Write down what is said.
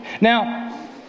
Now